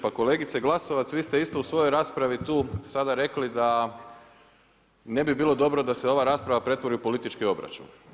Pa kolegice Glasovac, vi ste isto u svojoj raspravi tu sada rekli da ne bi bilo dobro da se ova rasprava pretvori u politički obračun.